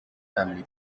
family